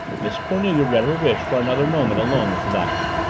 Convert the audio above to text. miss cornelia read her wish for another moment alone with the doctor.